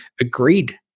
agreed